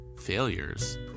failures